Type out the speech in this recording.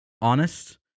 honest